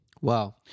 Wow